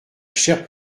chère